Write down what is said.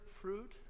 fruit